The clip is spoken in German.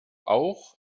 auch